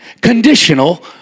conditional